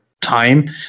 time